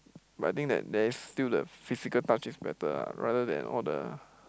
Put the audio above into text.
but I think that there is still the physical touch is better lah rather than all the